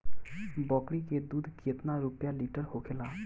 बकड़ी के दूध केतना रुपया लीटर होखेला?